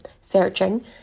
searching